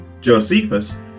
Josephus